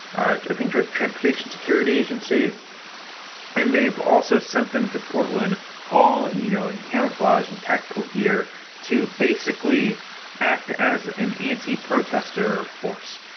i think the transportation security agency and they've also sent them to portland all, you know, in camouflage and tactical gear to basically act as an anti protester force.